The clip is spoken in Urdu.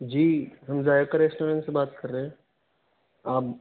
جی ہم ذائقہ ریسٹورینٹ سے بات کر رہے ہیں آپ